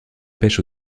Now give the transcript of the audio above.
pêche